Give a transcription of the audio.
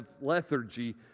lethargy